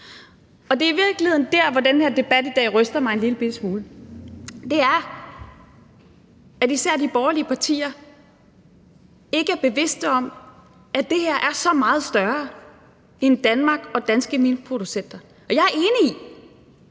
Det er i virkeligheden der, den her debat i dag ryster mig en lillebitte smule: Især de borgerlige partier er ikke bevidste om, at det her er så meget større end Danmark og danske minkproducenter. Jeg er enig i,